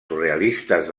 surrealistes